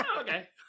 Okay